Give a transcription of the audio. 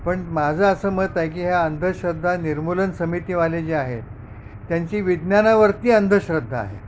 पण माझं असं मत आहे की ह्या अंधश्रद्धा निर्मूलन समितीवाले जे आहेत त्यांची विज्ञानावरती अंधश्रद्धा आहे